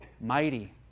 mighty